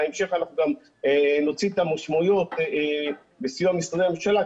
בהמשך אנחנו גם נוציא את המשמעויות בסיוע משרדי הממשלה,